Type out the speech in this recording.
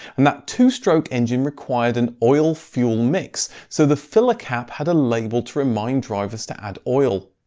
and that two stroke engine required an oil fuel mix, so the filler cap had a label to remind drivers to add oil.